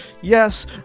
Yes